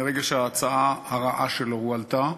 מרגע שההצעה הרעה שלו הועלתה,